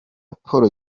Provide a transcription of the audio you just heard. paul